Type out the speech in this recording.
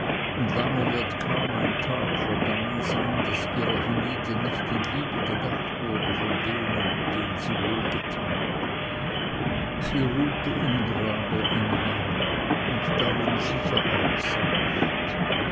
und lange wird kaum ein tag vergangen sein daß ihrer hienieden nicht in liebe gedacht wurde von denen denen sie wohl getan sie ruhte im grabe im herrn und darum sicher auch sanft